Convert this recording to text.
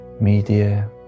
media